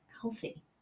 healthy